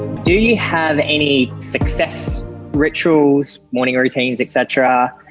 do you have any success rituals, morning routines, et cetera?